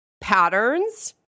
patterns